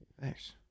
Thanks